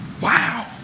Wow